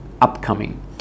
upcoming